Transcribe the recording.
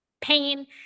pain